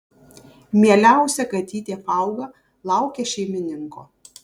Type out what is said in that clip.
mieliausia katytė fauga laukia šeimininko